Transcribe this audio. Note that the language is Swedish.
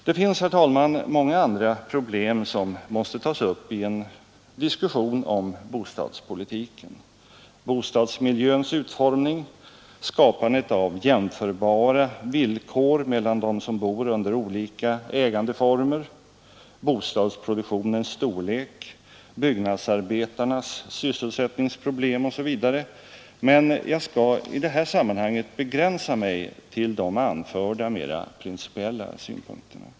Det finns, herr talman, många andra problem som måste tas upp i en diskussion om bostadspolitiken — bostadsmiljöns utformning, skapandet av jämförbara villkor mellan dem som bor under olika ägandeformer, bostadsproduktionens storlek, byggnadsarbetarnas sysselsättningsproblem osv. — men jag skall i det här sammanhanget begränsa mig till de anförda, mera principiella synpunkterna.